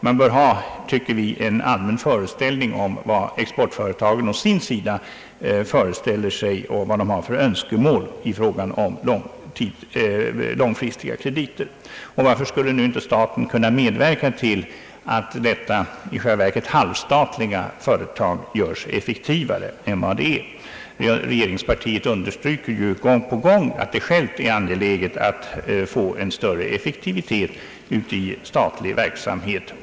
Man bör ha, tycker vi, en allmän föreställning om vad exportföretagen å sin sida föreställer sig och vilka önskemål de har i fråga om långfristiga krediter. Regeringspartiet självt understryker ju gång på gång att det är angeläget om att få större effektivitet i den statliga verksamheten.